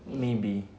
maybe